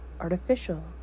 Artificial